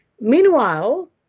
Meanwhile